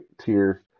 tier